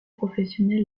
professionnel